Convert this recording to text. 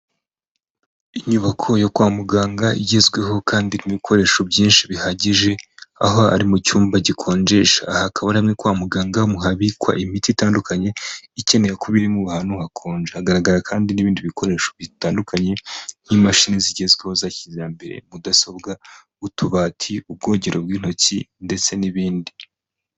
Inyubako yo kwa muganga igezweho kandi irimo ibikoresho byinshi bihagije, aho ari mu cyumba gikonjesha, aha hakaba ari hamwe kwa muganga mu habikwa imiti itandukanye ikeneye kuba iri ahantu hakonje, hagaragara kandi n'ibindi bikoresho bitandukanye: nk'imashini zigezweho za kijyambere, mudasobwa, utubati, ubwogero bw'intoki ndetse n'ibindi.